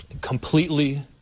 completely